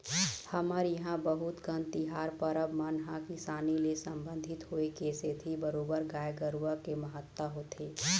हमर इहाँ बहुत कन तिहार परब मन ह किसानी ले संबंधित होय के सेती बरोबर गाय गरुवा के महत्ता होथे